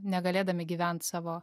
negalėdami gyvent savo